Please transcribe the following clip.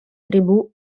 tribù